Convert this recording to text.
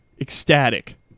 ecstatic